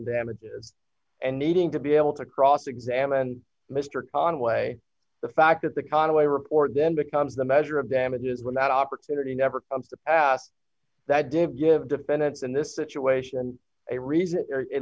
damages and needing to be able to cross examine mr conway the fact that the conway report then becomes the measure of damages when that opportunity never comes to pass that didn't give defendants in this situation a